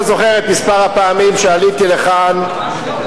זוכר את מספר הפעמים שעליתי לכאן בגללו.